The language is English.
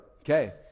Okay